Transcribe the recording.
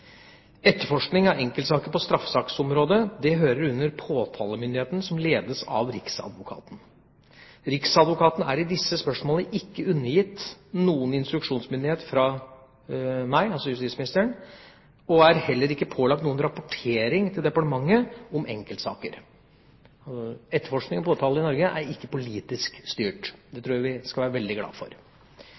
etterforskning. Etterforskning av enkeltsaker på straffesaksområdet hører under påtalemyndigheten, som ledes av riksadvokaten. Riksadvokaten er i disse spørsmålene ikke undergitt noen instruksjonsmyndighet fra meg, altså justisministeren, og er heller ikke pålagt noen rapportering til departementet om enkeltsaker. Etterforskning og påtale i Norge er ikke politisk styrt, det tror jeg vi skal være veldig glad for.